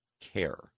care